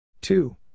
Two